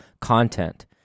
content